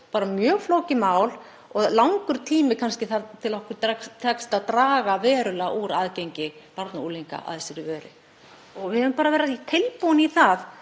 áður mjög flókið mál og langur tími kannski þar til okkur tekst að draga verulega úr aðgengi barna og unglinga að þessari vöru. Við verðum bara að vera tilbúin í það